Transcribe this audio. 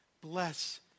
Bless